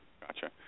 gotcha